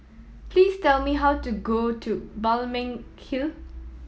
please tell me how to go to Balmeg Hill